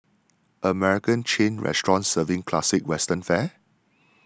American chain restaurant serving classic Western fare